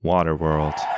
Waterworld